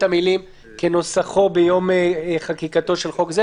המילים: כנוסחו ביום חקיקתו של חוק זה,